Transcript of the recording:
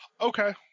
Okay